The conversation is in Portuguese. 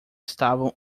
estavam